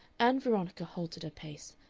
ann veronica halted a pace,